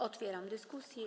Otwieram dyskusję.